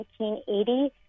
1980